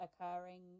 occurring